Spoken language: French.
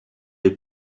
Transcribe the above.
les